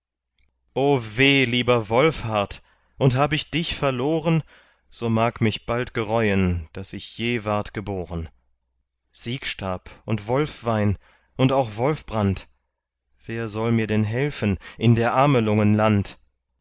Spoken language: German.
lieber wolfhart und hab ich dich verloren so mag mich bald gereuen daß ich je ward geboren siegstab und wolfwein und auch wolfbrand wer soll mir denn helfen in der amelungen land